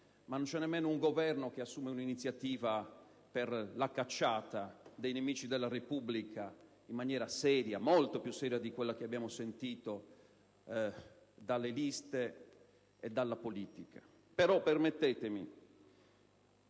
ma non c'è nemmeno un Governo che assuma l'iniziativa per la cacciata dei nemici della Repubblica in maniera seria, molto più seria di quella che abbiamo sentito annunciare dalle liste per le